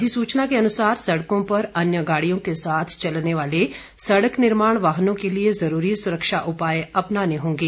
अधिसूचना के अनुसार सड़कों पर अन्य गाडियों के साथ चलने वाले सड़क निर्माण वोंहनों के लिए जरूरी सुरक्षा उपाय अपनाने होंगे